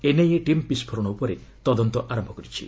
NIA team ବିସ୍କୋରଣ ଉପରେ ତଦନ୍ତ ଆରମ୍ଭ କରିଛି